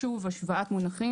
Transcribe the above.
שוב, השוואת מונחים.